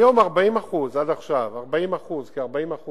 היום, עד עכשיו, כ-40%